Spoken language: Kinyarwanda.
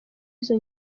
izo